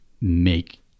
make